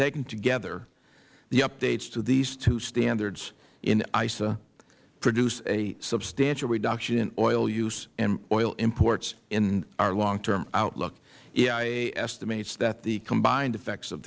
taken together the updates to these two standards in eisa produce a substantial reduction in oil use and oil imports in our long term outlook eia estimates that the combined affects of